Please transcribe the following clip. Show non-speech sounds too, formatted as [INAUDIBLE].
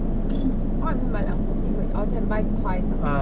[NOISE] what you mean by 两次机会 orh can buy twice ah